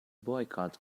boycott